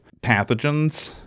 pathogens